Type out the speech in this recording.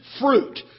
fruit